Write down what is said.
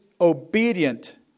obedient